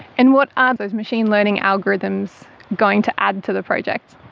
and what are those machine learning algorithms going to add to the project?